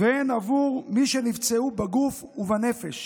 והן עבור מי שנפצעו בגוף ובנפש.